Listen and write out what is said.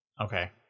Okay